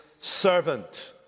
servant